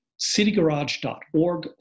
citygarage.org